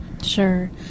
Sure